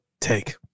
take